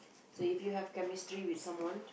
so if you have chemistry with someone